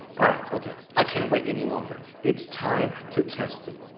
alright. okay. i can't wait any longer. it's time to test it.